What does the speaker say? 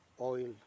oil